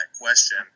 question